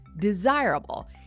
desirable